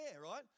right